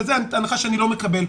זו הנחה שאני לא מקבל.